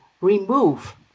remove